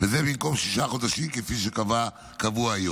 זה במקום שישה חודשים כפי שקבוע היום,